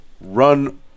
run